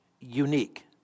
unique